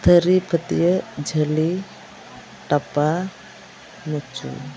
ᱛᱷᱟᱹᱨᱤ ᱯᱷᱟᱹᱛᱭᱟᱹᱜ ᱡᱷᱟᱹᱞᱤ ᱴᱟᱯᱟ ᱢᱩᱪᱩ